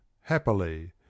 happily